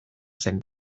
zen